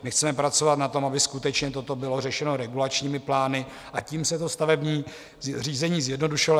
Chceme pracovat na tom, aby skutečně toto bylo řešeno regulačními plány, a tím se stavební řízení zjednodušilo.